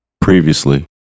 Previously